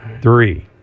three